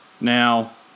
Now